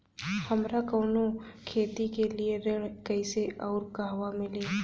हमरा कवनो खेती के लिये ऋण कइसे अउर कहवा मिली?